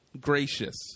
Gracious